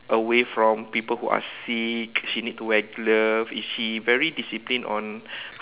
away from people who are sick she need to wear gloves if she very disciplined on